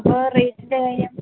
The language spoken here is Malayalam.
അപ്പോൾ റേറ്റിൻ്റെ കാര്യം